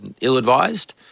ill-advised